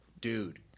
Dude